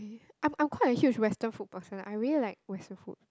I'm I'm quite a huge western food person I really like western food